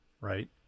right